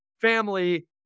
family